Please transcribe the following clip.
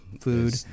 food